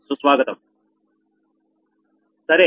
సరే